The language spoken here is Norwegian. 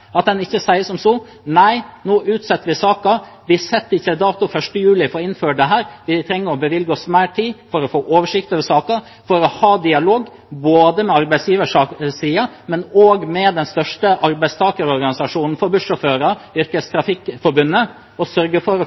av den tiden en har jobbet med saken, i samarbeid med partene, ikke har klart å finne en løsning som ivaretar enkeltpersoner i Norge, mener jeg er uansvarlig overfor dem som faktisk blir rammet av dette. At en ikke sier som så: Nei, nå utsetter vi saken, vi setter ikke 1. juli som dato for å innføre dette, vi trenger å bevilge oss mer tid for å få oversikt over saken, for å ha dialog både med arbeidsgiversiden og med den største arbeidstakerorganisasjonen for bussjåfører, Yrkestrafikkforbundet, og sørge for